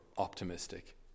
optimistic